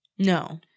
No